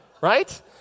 Right